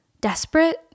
desperate